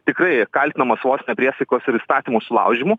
tikrai kaltinamas vos ne priesaikos ir įstatymų sulaužymu